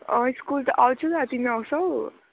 अँ स्कुल त आउँछु त तिमी आउँछौँ